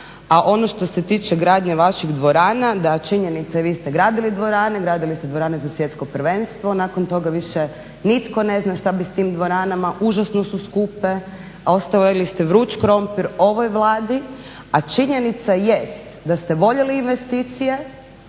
A ono što se tiče gradnje vaših dvorana, da činjenica i vi ste gradili dvorane, gradili ste dvorane za svjetsko prvenstvo nakon tog više nitko ne zna šta bi s tim dvoranama, užasno su skupe a ostavili ste vruć krumpir ovoj Vladi. A činjenica jest da ste voljeli investicije